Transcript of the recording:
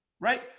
right